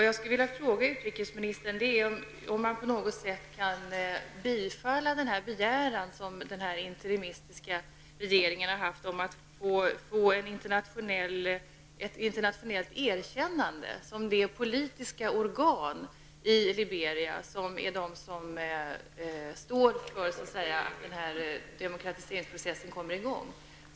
Jag skulle vilja fråga utrikesministern om man på något sätt kan bifalla den interimistiska regeringens begäran om att få ett internationellt erkännande som det politiska organ i Liberia som står för att denna demokratiseringsprocess kommer i gång.